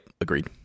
agreed